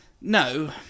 No